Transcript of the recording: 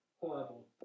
Horrible